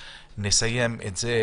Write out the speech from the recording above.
ונסיים את זה